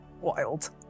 Wild